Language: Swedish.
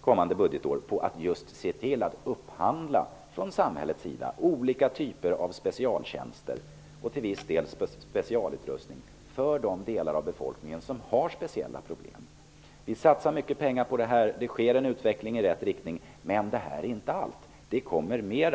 kommande budgetår på att just se till att samhället upphandlar olika specialtjänster och till viss del specialutrustning för de delar av befolkningen som har speciella problem. Vi satsar mycket pengar på det. Det sker en utveckling i rätt riktning. Det här är inte allt. Det kommer mera.